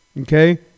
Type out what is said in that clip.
Okay